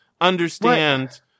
understand